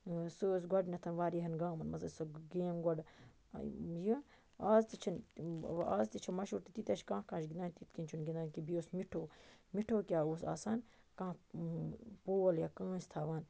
سُہ اوس گۄڈنیٚتھ واریَہَن گامَن مَنٛز أس سُہ گیم گۄڈٕ یہِ آز تہِ چھنہٕ آز تہِ چھِ مَشہوٗر تہٕ تیٖتیاہ چھِ کانٛہہ کانٛہہ چھ گِندان تِتھ کنۍ چھُِ نہٕ گِندان بیٚیہِ اوس مِٹھوٗ مِٹھوٗ کیاہ اوس آسان کانٛہہ پول یا کٲنٛسہِ تھاوان